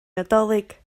nadolig